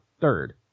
third